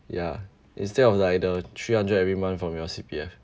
ya instead of like the three hundred every month from your C_P_F